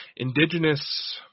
Indigenous